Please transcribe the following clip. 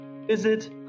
Visit